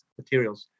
materials